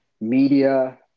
media